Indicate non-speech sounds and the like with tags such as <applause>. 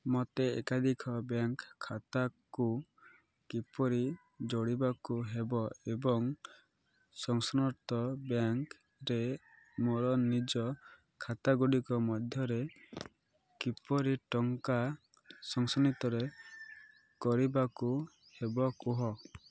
ମୋତେ ଏକାଧିକ ବ୍ୟାଙ୍କ ଖାତାକୁ କିପରି ଯୋଡ଼ିବାକୁ ହେବ ଏବଂ <unintelligible> ବ୍ୟାଙ୍କରେ ମୋର ନିଜ ଖାତା ଗୁଡ଼ିକ ମଧ୍ୟରେ କିପରି ଟଙ୍କା <unintelligible> କରିବାକୁ ହେବ କୁହ